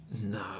No